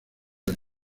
del